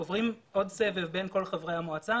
עוברים עוד סבב בין כל חברי המועצה